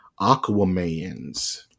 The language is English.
Aquamans